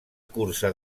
cursa